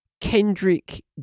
kendrick